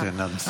כן, נא לסיים.